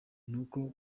nuko